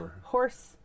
horse